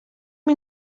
این